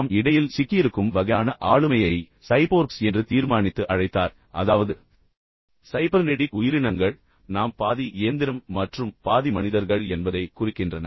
நாம் இடையில் சிக்கியிருக்கும் வகையான ஆளுமையை சைபோர்க்ஸ் என்று தீர்மானித்து அழைத்தார் அதாவது சைபர்நெடிக் உயிரினங்கள் நாம் பாதி இயந்திரம் மற்றும் பாதி மனிதர்கள் என்பதைக் குறிக்கின்றன